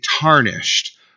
tarnished